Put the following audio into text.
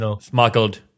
smuggled